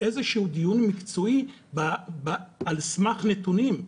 איזה שהוא דיון מקצועי על סמך נתונים,